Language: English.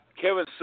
Kevin